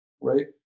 right